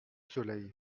soleil